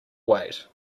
wait